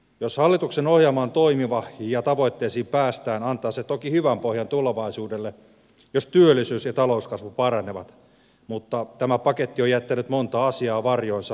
jos hallituksen ohjelma on toimiva ja tavoitteisiin päästään antaa se toki hyvän pohjan tulevaisuudelle jos työllisyys ja talouskasvu paranevat mutta tämä paketti on jättänyt monta asiaa varjoonsa